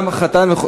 גם חתן,